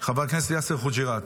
חבר הכנסת יאסר חוג'יראת,